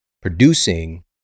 producing